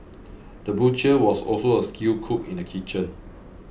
the butcher was also a skilled cook in the kitchen